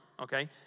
okay